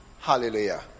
Hallelujah